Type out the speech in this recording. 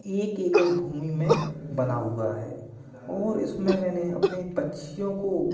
एक एकड़ भूमि में बना हुआ है और इसमें मैंने अपने पच्छियों को